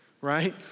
right